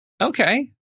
Okay